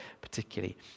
particularly